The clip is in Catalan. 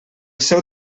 seu